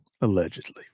Allegedly